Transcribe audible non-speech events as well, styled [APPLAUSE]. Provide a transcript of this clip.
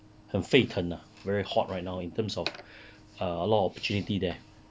[NOISE] 很沸腾 ah very hot right now in terms of a lot of opportunity there